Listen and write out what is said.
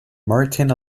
martin